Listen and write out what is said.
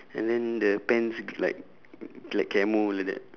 and then the pants like like camo like that